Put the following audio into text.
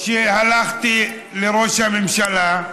הלכתי לראש הממשלה.